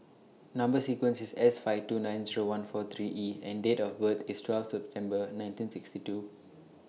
Number sequence IS S five two nine Zero one four three E and Date of birth IS twelfth September nineteen sixty two